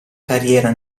carriera